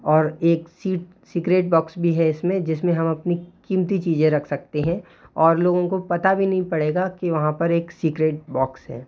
और एक seat secret box भी है इसमें जिसमें हम अपनी कीमती चीज़ें रख सकते हैं और लोगों को पता भी नहीं पड़ेगा कि वहाँ पर एक सीक्रेट बॉक्स है